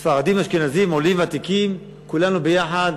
ספרדים, אשכנזים, עולים, ותיקים, כולנו ביחד